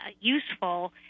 useful